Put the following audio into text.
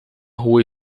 rua